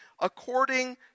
according